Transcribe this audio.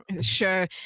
sure